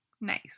Nice